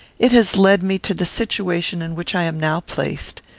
it has led me to the situation in which i am now placed.